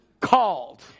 Called